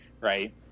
right